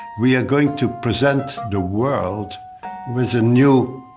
we are going to present the world with a new